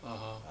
(uh huh)